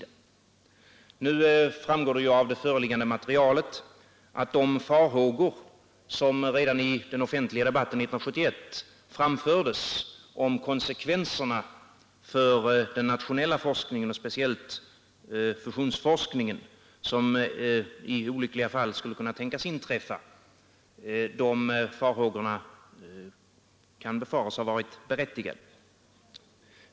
Av det föreliggande materialet framgår att de farhågor som redan i den offentliga debatten 1971 framfördes om konsekvenserna för den nationella forskningen — speciellt för fusionsforskningen, som i olyckliga fall skulle kunna tänkas bli berörd — kan befaras ha varit berättigade.